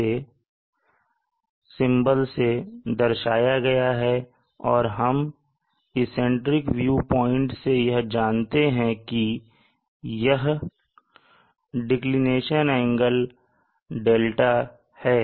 इसे δ से दर्शाया गया है और हम इसेंट्रिक व्यू प्वाइंट से यह जानते हैं कि यह डिक्लिनेशन एंगल है